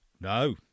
No